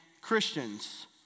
Christians